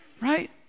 right